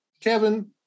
Kevin